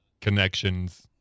connections-